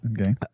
Okay